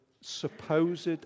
supposed